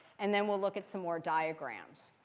and then we'll look at some more diagrams.